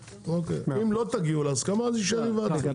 אם לא תגיעו להסכמה אז יישאר היוועצות.